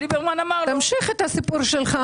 תמשיך את הסיפור שלך.